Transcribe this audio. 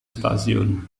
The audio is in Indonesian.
stasiun